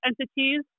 entities